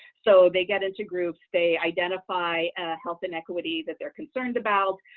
so they get into groups, they identify health inequity that they're concerned about,